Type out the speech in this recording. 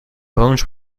bones